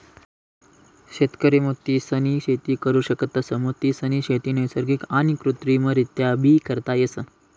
शेतकरी मोतीसनी शेती करु शकतस, मोतीसनी शेती नैसर्गिक आणि कृत्रिमरीत्याबी करता येस